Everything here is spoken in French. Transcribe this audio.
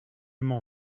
m’en